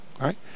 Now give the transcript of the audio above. Right